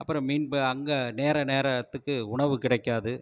அப்புறம் மீன் அங்கே நேரா நேரத்துக்கு உணவு கிடைக்காது